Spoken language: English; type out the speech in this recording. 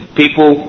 people